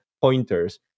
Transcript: pointers